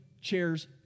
chairs